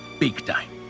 big time.